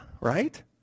right